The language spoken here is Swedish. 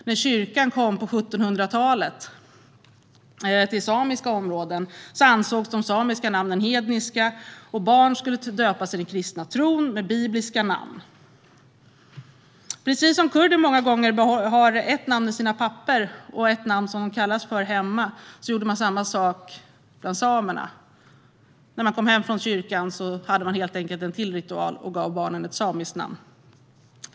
När kyrkan kom till samiska områden på 1700-talet ansågs de samiska namnen hedniska. Barn skulle döpas i den kristna tron, med bibliska namn. Kurder har många gånger ett namn i sina papper och ett namn som de kallas för hemma. Samma sak gjorde man bland samerna. När man kom hem från kyrkan hade man helt enkelt en ritual till och gav barnet ett samiskt namn.